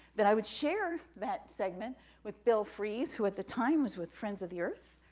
that i would share that segment with bill freeze, who at the time was with friends of the earth,